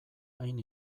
hain